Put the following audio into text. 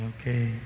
Okay